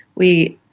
we